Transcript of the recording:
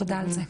תודה על זה.